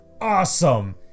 awesome